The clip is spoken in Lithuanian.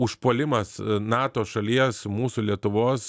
užpuolimas nato šalies mūsų lietuvos